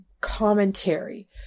commentary